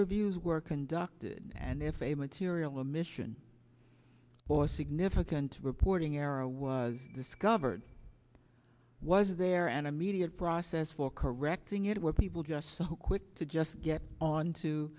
reviews were conducted and if a material or mission or significant reporting error was discovered was there an immediate process for correcting it were people just so quick to just get on to